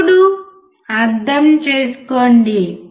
ఇప్పుడు అర్థం చేసుకోండి